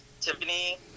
Tiffany